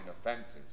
offenses